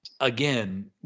Again